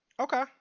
okay